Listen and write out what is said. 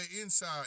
inside